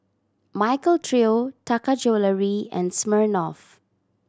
Michael Trio Taka Jewelry and Smirnoff